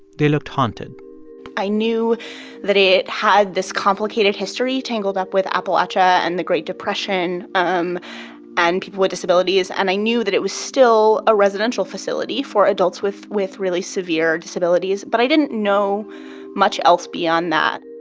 they looked haunted i knew that it had this complicated history tangled up with appalachia and the great depression um and people with disabilities. and i knew that it was still a residential facility for adults with with really severe disabilities, but i didn't know much else beyond that